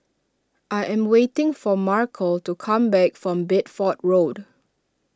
I am waiting for Markell to come back from Bedford Road